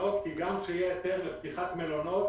ולמלונות כי גם כאשר יהיה היתר לפתיחת מלונות,